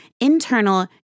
internal